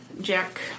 Jack